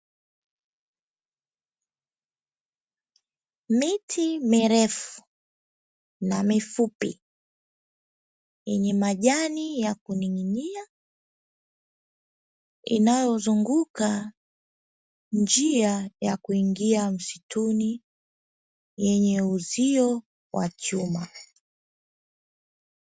Miti mirefu na mifupi yenye majani ya kuning'inia inayozunguka njia ya kuingia msituni yenye uzio wa chuma.